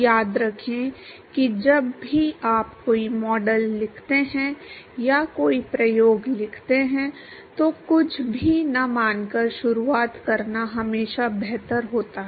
याद रखें कि जब भी आप कोई मॉडल लिखते हैं या कोई प्रयोग लिखते हैं तो कुछ भी न मानकर शुरुआत करना हमेशा बेहतर होता है